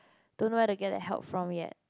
don't know where to get the help from yet